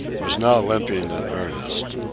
was now limping in earnest.